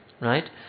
right